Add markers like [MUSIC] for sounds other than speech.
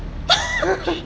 [LAUGHS]